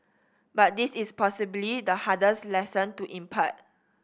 but this is possibly the hardest lesson to impart